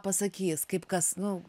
pasakys kaip kas nu